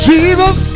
Jesus